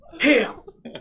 Hell